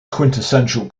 quintessential